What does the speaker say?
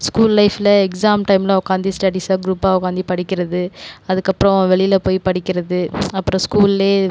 school லைஃப்பில் exam டைமில் உக்காந்து ஸ்டடீஸாக குரூப்பாக உக்காந்து படிக்கிறது அதுக்கப்புறம் வெளியில் போய் படிக்கிறது அப்புறம் ஸ்கூல்லேயே